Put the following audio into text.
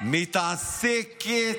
מתעסקת